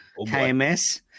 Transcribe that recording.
KMS